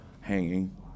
hanging